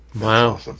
Wow